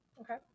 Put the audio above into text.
okay